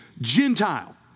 Gentile